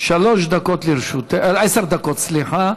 שלוש דקות לרשותך, עשר דקות, סליחה.